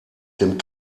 dem